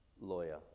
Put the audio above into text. lawyer